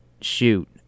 shoot